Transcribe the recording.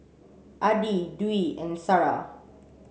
Adi Dwi and Sarah